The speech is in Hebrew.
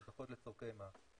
לצרכי מס.